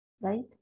Right